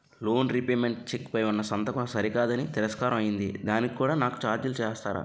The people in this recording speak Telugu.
లోన్ రీపేమెంట్ చెక్ పై ఉన్నా సంతకం సరికాదు అని తిరస్కారం అయ్యింది దానికి కూడా నాకు ఛార్జీలు వేస్తారా?